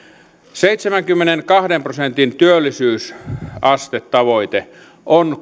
seitsemänkymmenenkahden prosentin työllisyysastetavoite on